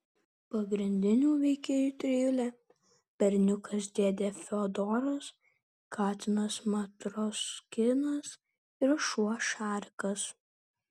pagrindinių veikėjų trijulė berniukas dėdė fiodoras katinas matroskinas ir šuo šarikas